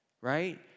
right